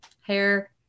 Hair